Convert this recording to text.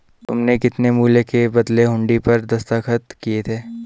तुमने कितने मूल्य के बदले हुंडी पर दस्तखत किए थे?